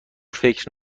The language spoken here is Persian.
فکر